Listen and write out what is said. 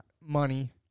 money